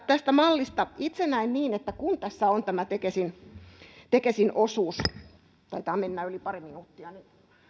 tästä mallista itse näen niin että kun tässä on tämä tekesin tekesin osuus taitaa mennä yli pari minuuttia